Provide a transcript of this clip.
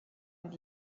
und